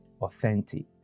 authentic